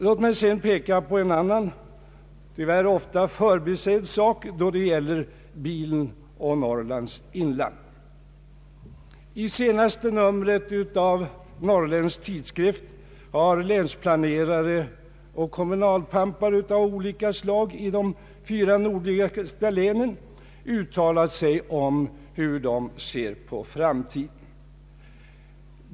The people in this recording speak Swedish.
Låt mig sedan peka på en annan, tyvärr ofta förbisedd sak då det gäller bilen och Norrlands inland. I senaste numret av Norrländsk tidskrift har länsplanerare och kommunalpampar av olika slag i de fyra nordligaste länen uttalat sig om hur de ser på framtiden.